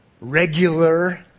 regular